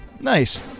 Nice